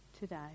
today